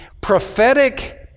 prophetic